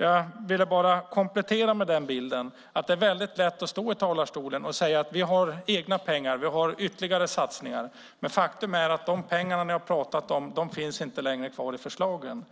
Jag ville bara komplettera med den bilden. Det är lätt att stå i talarstolen och säga att man har egna pengar och gör ytterligare satsningar, men faktum är att de pengar ni rödgröna talar om inte längre finns kvar i förslagen.